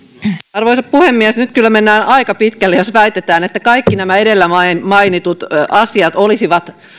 arvoisa puhemies nyt kyllä mennään aika pitkälle jos väitetään että kaikki nämä edellä mainitut asiat olisivat